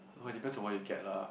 hor depends on what you get lah